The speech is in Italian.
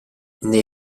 nei